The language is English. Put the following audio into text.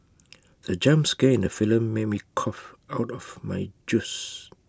the jump scare in the film made me cough out of my juice